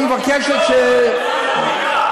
והיא מבקשת,